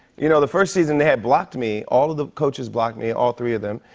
you know, the first season, they had blocked me. all of the coaches blocked me, all three of them.